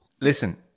Listen